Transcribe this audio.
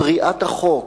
פריעת החוק,